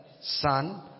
Son